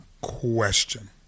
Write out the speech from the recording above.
question